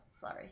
sorry